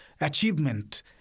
achievement